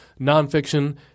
nonfiction